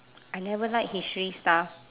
I never like history stuff